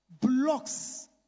blocks